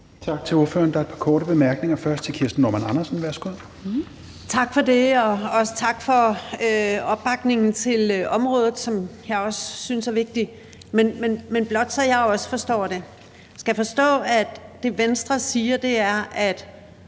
Tak til ordføreren. Der er et par korte bemærkninger. Først er det Kirsten Normann Andersen. Værsgo. Kl. 16:08 Kirsten Normann Andersen (SF): Tak for det, og også tak for opbakningen til området, som jeg også synes er vigtigt. Men blot så jeg også forstår det: Skal jeg forstå, at det, Venstre siger, er, at